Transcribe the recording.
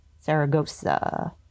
Saragossa